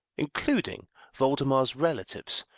including voldemar's relatives,